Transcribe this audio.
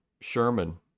Sherman